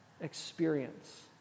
experience